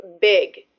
big